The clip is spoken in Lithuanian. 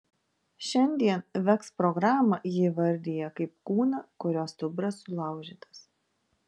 šiandien veks programą ji įvardija kaip kūną kurio stuburas sulaužytas